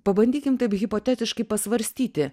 pabandykim taip hipotetiškai pasvarstyti